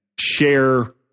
share